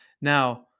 now